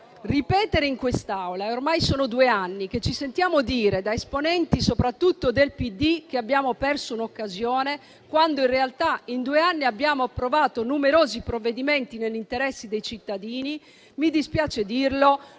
ripetere in quest'Aula e ormai sono due anni che ci sentiamo dire, soprattutto da esponenti del PD, che abbiamo perso un'occasione, quando in realtà in due anni abbiamo approvato numerosi provvedimenti nell'interesse dei cittadini, mi dispiace dirlo,